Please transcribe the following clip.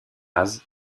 case